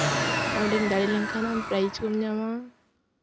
ᱟᱨ ᱚᱸᱰᱮᱢ ᱫᱟᱲᱮ ᱞᱮᱱᱠᱷᱟᱱ ᱦᱚᱸ ᱯᱨᱟᱭᱤᱡᱽ ᱠᱚᱢ ᱧᱟᱢᱟ